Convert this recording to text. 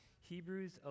Hebrews